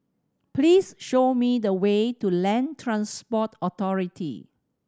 please show me the way to Land Transport Authority